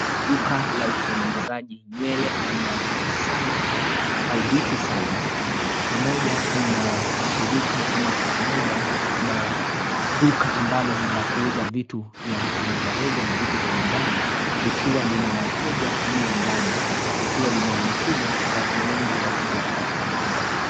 Duka la utengenezaji nywele almaarufu salon au beuty salon , pamoja na shirika ama pamoja na duka ambalo ni la kuuza vitu vya rejareja na vitu vya nyumbani likiwa lina wateja mle ndani likiwa limeanikiza watu wengi wakija katika vyumba hivi.